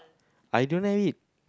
I don't have it